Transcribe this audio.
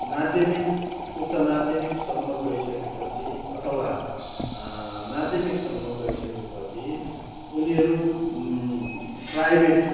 माध्यमिक उच्च माध्यमिकसम्म गइसकेपछि अथवा माध्यमिकसम्म गइसकेपछि उनीहरू प्राइभेट